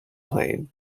plane